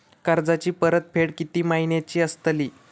कर्जाची परतफेड कीती महिन्याची असतली?